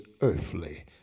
earthly